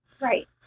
Right